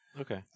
Okay